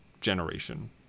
generation